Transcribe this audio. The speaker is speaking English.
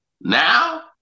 Now